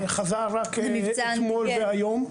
חזר רק אתמול והיום.